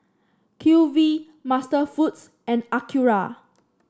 Q V MasterFoods and Acura